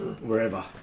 wherever